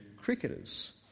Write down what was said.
cricketers